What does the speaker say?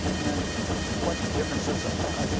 and what the difference is, i said